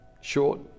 Short